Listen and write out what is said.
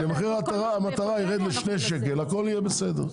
כשמחיר המטרה ירד לשני שקלים הכל יהיה בסדר.